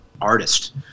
artist